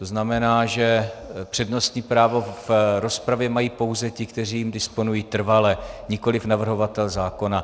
To znamená, že přednostní právo v rozpravě mají ti, kteří jím disponují trvale, nikoliv navrhovatel zákona.